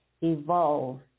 evolve